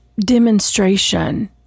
demonstration